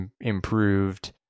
improved